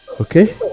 Okay